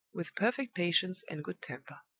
with perfect patience and good temper.